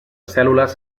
cèl·lules